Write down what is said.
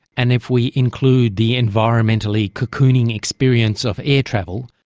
and, if we include the environmentally cocooning experience of air travel,